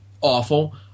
awful